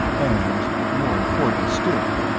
and more important still,